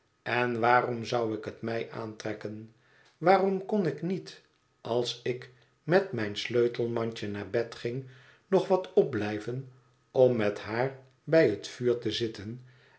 en waarom zou ik het mij aantrekken waarom kon ik niet als ik met mijn sleutelmandje naar bed ging nog wat opblijven om met haar bij het vuur te zitten